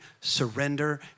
surrender